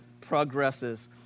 progresses